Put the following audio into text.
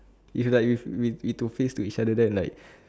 if like if we need to face each other then like